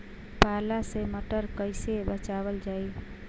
पाला से मटर कईसे बचावल जाई?